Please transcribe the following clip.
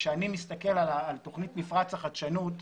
כשאני מסתכל על תכנית מפרץ החדשנות,